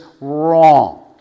wrong